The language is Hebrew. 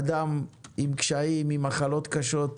אדם עם קשיים, עם מחלות קשות,